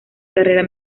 carrera